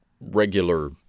regular